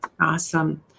Awesome